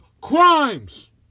crimes